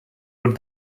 would